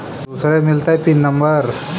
दुसरे मिलतै pin number?